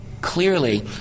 clearly